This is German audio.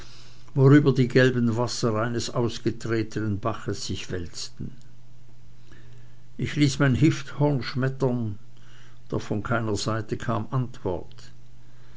worüber die gelben wasser eines ausgetretenen baches sich wälzten ich ließ mein hifthorn schmettern doch von keiner seite kam antwort